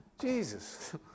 Jesus